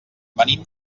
venim